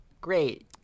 Great